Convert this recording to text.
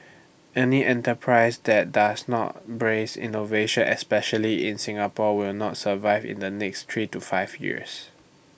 any enterprise that does not brace innovation especially in Singapore will not survive in the next three to five years